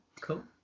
cool